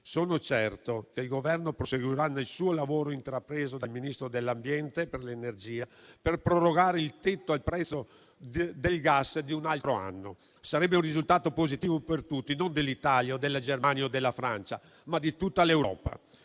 Sono certo che il Governo proseguirà nel lavoro intrapreso dal Ministro dell'ambiente e della sicurezza energetica per prorogare il tetto al prezzo del gas di un altro anno. Sarebbe un risultato positivo per tutti, non dell'Italia, della Germania o della Francia, ma di tutta l'Europa.